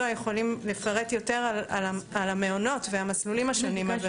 יכולים לפרט יותר על המעונות ועל המסלולים השונים על זה.